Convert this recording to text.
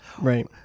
Right